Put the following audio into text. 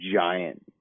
giant